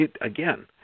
Again